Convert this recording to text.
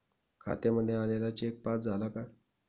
खात्यामध्ये आलेला cheque pass झाला का?